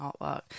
artwork